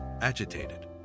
Agitated